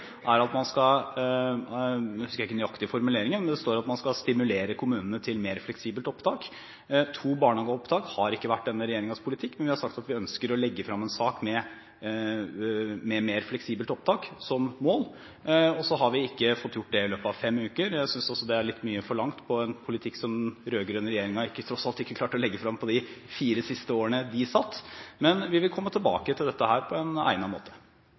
er at man skal stimulere kommunene til mer fleksibelt opptak. To barnehageopptak har ikke vært denne regjeringens politikk, men vi har sagt at vi ønsker å legge frem en sak med mer fleksibelt opptak som mål. Og så har vi ikke fått gjort det i løpet av fem uker. Jeg synes også det er litt mye forlangt på en politikk som den rød-grønne regjeringen tross alt ikke klarte å legge fram i de fire siste årene de satt. Men vi vil komme tilbake til dette på en egnet måte.